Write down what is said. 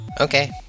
Okay